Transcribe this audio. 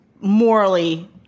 morally